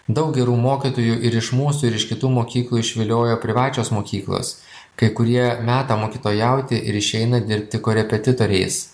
daug gerų mokytojų ir iš mūsų ir iš kitų mokyklų išviliojo privačios mokyklos kai kurie meta mokytojauti ir išeina dirbti korepetitoriais